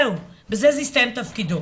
זהו, בזה זה יסתיים תפקידו.